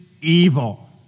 evil